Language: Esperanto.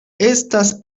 estas